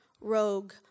rogue